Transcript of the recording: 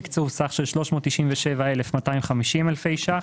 תקצוב סך של 397,250 אלפי ₪.